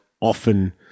often